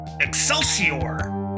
Excelsior